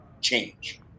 change